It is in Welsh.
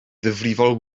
ddifrifol